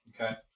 Okay